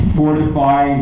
fortify